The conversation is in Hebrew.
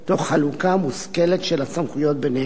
תוך חלוקה מושכלת של הסמכויות ביניהן,